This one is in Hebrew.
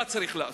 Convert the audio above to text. מה צריך לעשות.